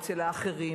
אצל האחרים,